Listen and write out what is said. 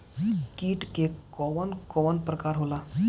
कीट के कवन कवन प्रकार होला?